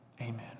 Amen